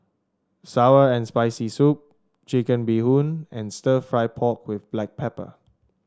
sour and Spicy Soup Chicken Bee Hoon and stir fry pork with Black Pepper